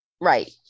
right